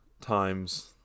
times